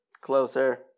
closer